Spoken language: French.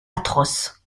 atroces